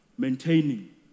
Maintaining